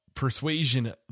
persuasion